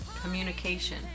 communication